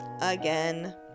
again